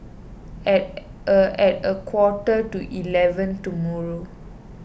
at a at a quarter to eleven tomorrow